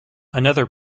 another